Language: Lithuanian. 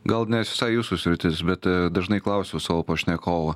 gal ne visai jūsų sritis bet dažnai klausiu savo pašnekovų